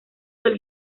del